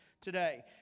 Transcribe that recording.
today